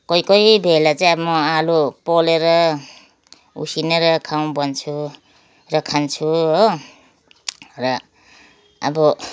कोही कोही बेला चाहिँ अब म आलु पोलेर उसिनेर खाऊँ भन्छु र खान्छु हो र अब